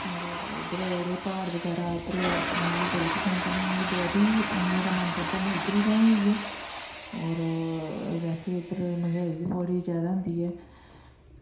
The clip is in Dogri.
और उध्दर जेह्ड़े प्हाड़ बगैरा मिगी बड़े पसंद न मता मेरा मन करदै में उध्दर गै रैंह् जाइयै और बैसे उद्धर मंह्गाई बी बड़ा जादा होंदी ऐ